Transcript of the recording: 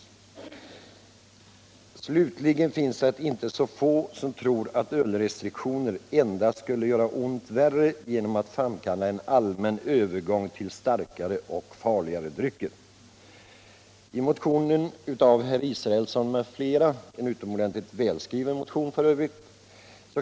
”Slutligen finns det inte så få som tror, att ölrestriktioner endast skulle göra ont värre genom att framkalla en allmän övergång till starkare och farligare drycker.” I motionen av herr Israelsson m.fl. — en utomordentligt välskriven motion f.ö.